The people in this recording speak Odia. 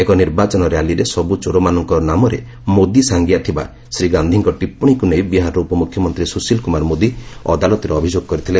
ଏକ ନିର୍ବାଚନ ର୍ୟାଲିରେ ସବୁ ଚୋରମାନଙ୍କର ନାମରେ 'ମୋଦୀ' ସାଙ୍ଗିଆ ଥିବା ଶ୍ରୀ ଗାନ୍ଧିଙ୍କ ଟିପ୍ପଣୀକୁ ନେଇ ବିହାରର ଉପମୁଖ୍ୟମନ୍ତ୍ରୀ ସୁଶୀଲ କୁମାର ମୋଦି ଅଦାଲତରେ ଅଭିଯୋଗ କରିଥିଲେ